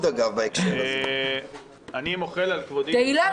אני מוחל על כבודי --- תהילה,